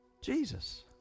Jesus